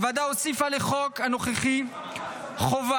הוועדה הוסיפה לחוק הנוכחי חובה